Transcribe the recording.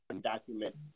documents